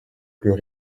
plus